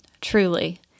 truly